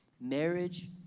marriage